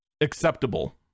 acceptable